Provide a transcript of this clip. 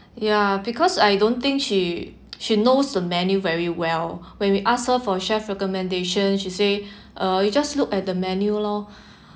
ya because I don't think she she knows the menu very well when we asked her for chef recommendation she say uh you just look at the menu lor